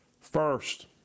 first